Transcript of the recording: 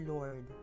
Lord